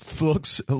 looks